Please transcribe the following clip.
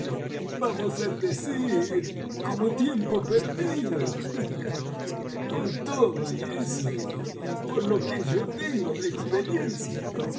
vamos al decir como tiempo perdido con todo y eso y por lo que yo tengo de experiencia